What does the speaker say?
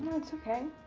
it's okay.